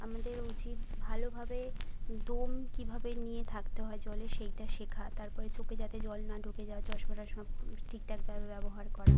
আমাদের উচিত ভালোভাবে দম কীভাবে নিয়ে থাকতে হয় জলে সেইটা শেখা তারপরে চোখে যাতে জল না ঢোকে যারা চশমা টশমা ঠিক ঠাকভাবে ব্যবহার করা